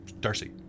Darcy